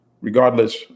regardless